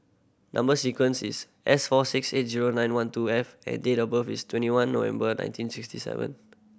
number sequence is S four six eight zero nine one two F and date of birth is twenty one November nineteen sixty seven